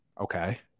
Okay